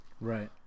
right